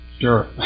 Sure